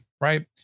right